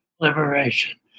liberation